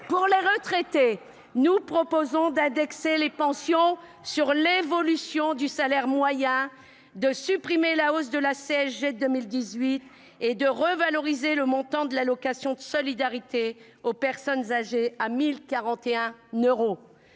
Pour les retraités, nous proposons d'indexer les pensions sur l'évolution du salaire moyen, de supprimer la hausse de la CSG décidée en 2018 et de porter à 1 041 euros le montant de l'allocation de solidarité aux personnes âgées. Pour